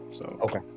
Okay